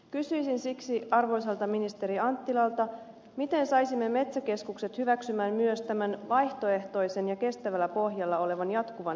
kysyisin siksi arvoisalta ministeri anttilalta miten saisimme metsäkeskukset hyväksymään myös tämän vaihtoehtoisen ja kestävällä pohjalla olevan jatkuvan metsänkasvatuksen